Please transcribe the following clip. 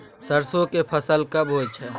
सरसो के फसल कब होय छै?